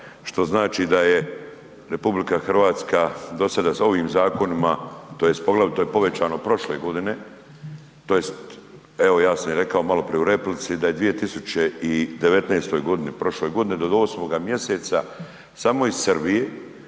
što znači da je RH do sada ovim zakonima tj. poglavito je povećano prošle godine tj. evo ja sam rekao maloprije i u replici da je 2019. godini, prošloj godini do 8. mjeseca samo iz Srbije